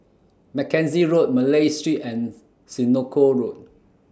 Mackenzie Road Malay Street and Senoko Road